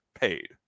paid